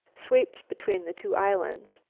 sweeps between the two islands.